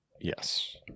Yes